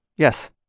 Yes